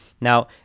Now